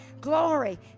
glory